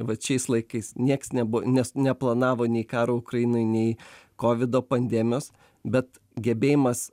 vat šiais laikais nieks nebuvo nes neplanavo nei karo ukrainoj nei kovido pandemijos bet gebėjimas